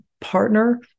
partner